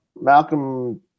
Malcolm